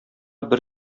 бер